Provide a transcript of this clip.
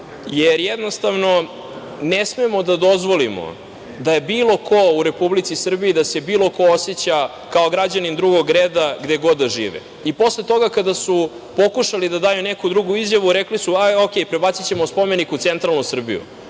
Jednostavno, ne smemo da dozvolimo da se bilo ko u Republici Srbiji oseća kao građanin drugog reda, gde god da žive. Posle toga kada su pokušali da daju neku drugu izjavu rekli su – u redu, prebacićemo spomenik u centralnu Srbiju.